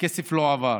והכסף לא עבר.